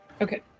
Okay